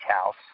house